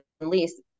lease